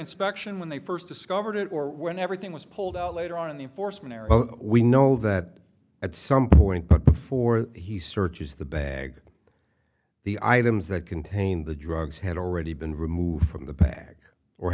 inspection when they first discovered it or when everything was pulled out later on in the foresman r l we know that at some point but before that he searches the bag the items that contained the drugs had already been removed from the bag or